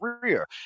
career